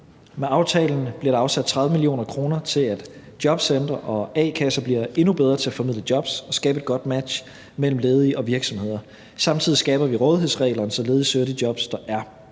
Med aftalen bliver der afsat 30 mio. kr. til, at jobcentre og a-kasser bliver endnu bedre til at formidle jobs og skabe et godt match mellem ledige og virksomheder. Samtidig skærper vi rådighedsreglerne, så ledige søger de jobs, der er.